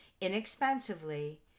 inexpensively